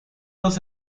dos